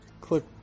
Click